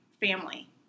family